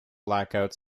blackout